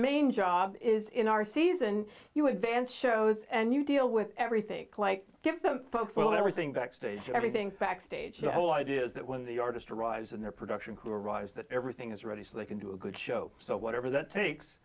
main job is in our season you advance shows and you deal with everything like give them folks well everything backstage everything backstage the whole idea is that when the artist arrives and their production crew arrives that everything is ready so they can do a good show so whatever that takes